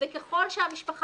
--- עדי עובדת על זה באוצר,